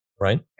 right